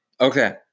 okay